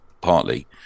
partly